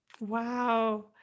Wow